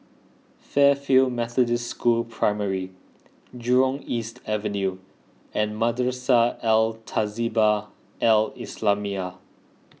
Fairfield Methodist School Primary Jurong East Avenue and Madrasah Al Tahzibiah Al Islamiah